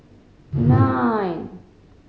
nine